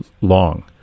long